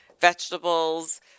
vegetables